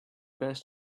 best